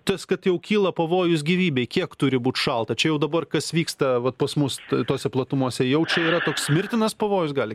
tas kad jau kyla pavojus gyvybei kiek turi būt šalta čia jau dabar kas vyksta vat pas mus tose platumose jau čia yra toks mirtinas pavojus gali